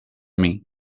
mim